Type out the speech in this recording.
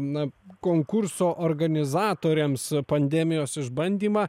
na konkurso organizatoriams pandemijos išbandymą